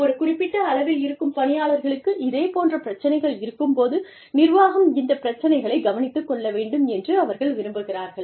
ஒரு குறிப்பிட்ட அளவில் இருக்கும் பணியாளர்களுக்கு இதே போன்ற பிரச்சினைகள் இருக்கும்போது நிர்வாகம் இந்த பிரச்சினைகளை கவனித்துக் கொள்ள வேண்டும் என்று அவர்கள் விரும்புகிறார்கள்